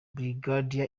brigadier